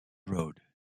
road